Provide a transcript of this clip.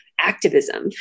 activism